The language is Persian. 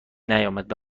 نیامد